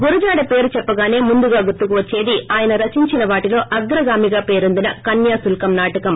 గురజాడ పేరు చెప్పగాసే ముందుగా గుర్తుకువచ్చేది ఆయన రచించిన వాటిలో అగ్రగామిగా పేరొందిన కన్యాశుల్కం నాటకం